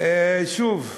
שוב משילות,